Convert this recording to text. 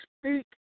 speak